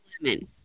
lemon